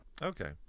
Okay